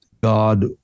god